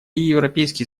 европейский